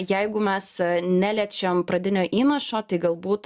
jeigu mes neliečiam pradinio įnašo tai galbūt